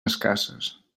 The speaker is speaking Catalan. escasses